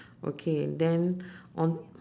okay then on